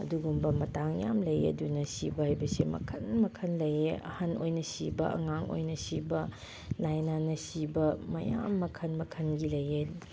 ꯑꯗꯨꯒꯨꯝꯕ ꯃꯇꯥꯡ ꯌꯥꯝ ꯂꯩꯌꯦ ꯑꯗꯨꯅ ꯁꯤꯕ ꯍꯥꯏꯕꯁꯦ ꯃꯈꯜ ꯃꯈꯜ ꯂꯩꯌꯦ ꯑꯍꯟ ꯑꯣꯏꯅ ꯁꯤꯕ ꯑꯉꯥꯡ ꯑꯣꯏꯅ ꯁꯤꯕ ꯂꯩꯅꯥꯅ ꯁꯤꯕ ꯃꯌꯥꯝ ꯃꯈꯜ ꯃꯈꯜꯒꯤ ꯂꯩꯌꯦ